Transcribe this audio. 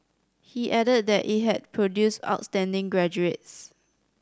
he added that it had produced outstanding graduates